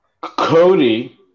Cody